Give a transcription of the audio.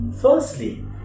Firstly